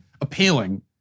appealing